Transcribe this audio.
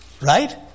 Right